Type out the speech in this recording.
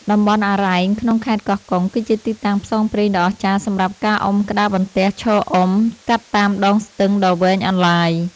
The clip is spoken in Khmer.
តំបន់អារ៉ែងក្នុងខេត្តកោះកុង គឺជាទីតាំងផ្សងព្រេងដ៏អស្ចារ្យសម្រាប់ការអុំក្តារបន្ទះឈរអុំ កាត់តាមដងស្ទឹងដ៏វែងអន្លាយ។